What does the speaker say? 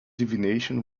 divination